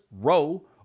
row